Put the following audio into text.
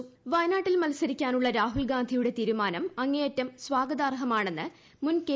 രാഹുൽഗാന്ധി വയനാട്ടിൽ മത്സരിക്കാനുള്ള രാഹുൽഗാന്ധിയുടെ തീരുമാനം അങ്ങേയറ്റം സ്വാഗതാർഹമാണ് മുൻ കെ